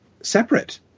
separate